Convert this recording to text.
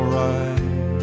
right